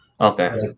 Okay